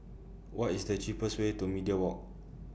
What IS The cheapest Way to Media Walk